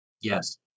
Yes